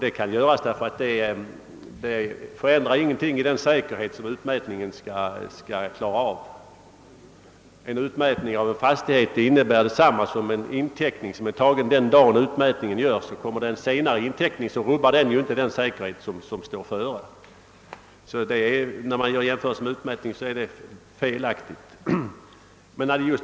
Det kan göras därför att det inte förändrar någonting i den säkerhet som utmätningen skall garantera. En utmätning av en fastighet innebär detsamma som en inteckning som är tagen den dag utmätning görs. Kommer en senare inteckning, rubbas inte den säkerhet som står före. Jämförelsen med utmätning är alltså felaktig.